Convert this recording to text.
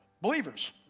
Believers